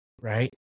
right